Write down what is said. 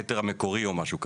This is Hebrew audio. המטר המקורי או משהו כזה,